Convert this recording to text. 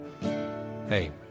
hey